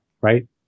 right